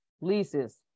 leases